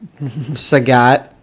Sagat